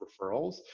referrals